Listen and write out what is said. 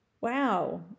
Wow